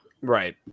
Right